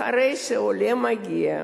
אחרי שעולה מגיע,